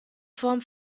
form